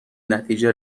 نتیجه